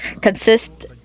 consists